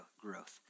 growth